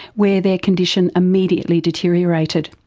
where their condition immediately deteriorated.